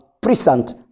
present